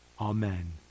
Amen